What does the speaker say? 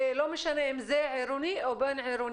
לא משנה אם זה עירוני או בין-עירוני.